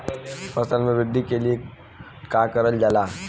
फसल मे वृद्धि के लिए का करल जाला?